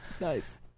nice